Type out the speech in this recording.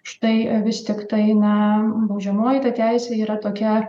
štai vis tiktai na baudžiamoji ta teisė yra tokia